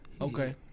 Okay